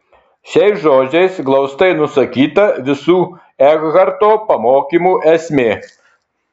šiais žodžiais glaustai nusakyta visų ekharto pamokymų esmė